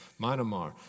Myanmar